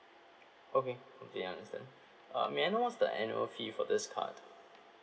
okay okay understand uh may I know what's the annual fee for this card